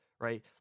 Right